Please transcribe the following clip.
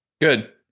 Good